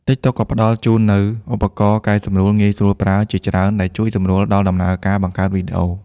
TikTok ក៏ផ្តល់ជូននូវ ឧបករណ៍កែសម្រួលងាយស្រួលប្រើ ជាច្រើនដែលជួយសម្រួលដល់ដំណើរការបង្កើតវីដេអូ។